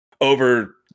over